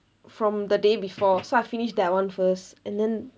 from the day before so I finished that one first and then